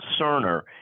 cerner